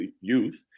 youth